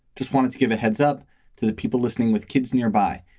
just wanted to give a heads up to the people listening with kids nearby.